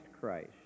Christ